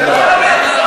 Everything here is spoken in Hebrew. אין דבר כזה.